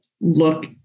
look